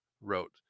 Wrote